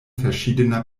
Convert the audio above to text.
verschiedener